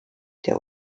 der